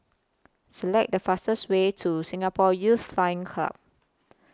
Select The fastest Way to Singapore Youth Flying Club